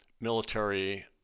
military